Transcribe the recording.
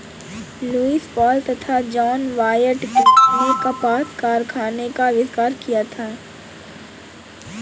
Lewis Paul तथा John Wyatt ने कपास कारखाने का आविष्कार किया था